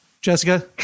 Jessica